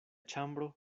ĉambro